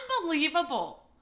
unbelievable